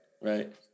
Right